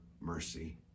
mercy